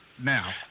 Now